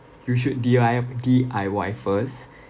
you should D_I~ D_I_Y first